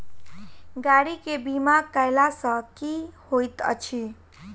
गाड़ी केँ बीमा कैला सँ की होइत अछि?